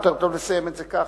יותר טוב לסיים את זה כך.